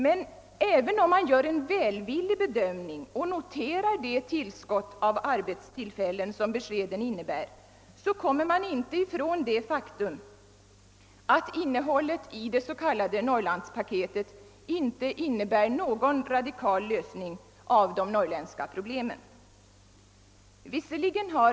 Men även om man gör en välvillig bedömning och noterar det tillskott av arbetstillfällen som beskeden innebär, kommer man inte ifrån det faktum att innehållet i det s.k. Norrlandspaketet inte innebär någon radikal lösning på de norrländska problemen.